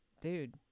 dude